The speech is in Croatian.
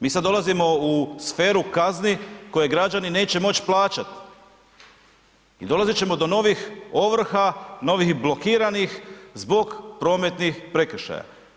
Mi sad dolazimo u sferu kazni koje građani neće moć plaćat i dolazit ćemo do novih ovrha, novih blokiranih, zbog prometnih prekršaja.